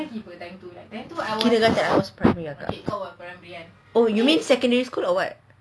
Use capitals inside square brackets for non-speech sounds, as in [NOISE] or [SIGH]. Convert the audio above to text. [NOISE] oh you mean secondary school or what